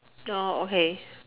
oh okay